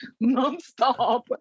non-stop